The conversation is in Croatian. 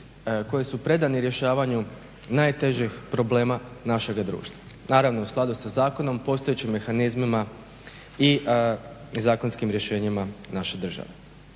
koji su predani rješavanju najtežih problema našega društva naravno u skladu sa zakonom, postojećim mehanizmima i zakonskim rješenjima naše države.